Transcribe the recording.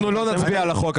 אנחנו לא נצביע על החוק,